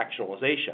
fractionalization